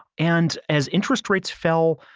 and as interest rates fell,